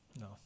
No